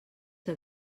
que